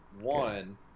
One